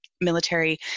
military